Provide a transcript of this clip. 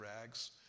rags